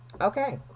Okay